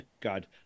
god